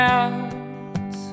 out